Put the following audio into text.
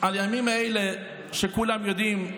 הימים האלה שכולם יודעים,